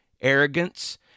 arrogance